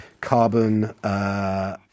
carbon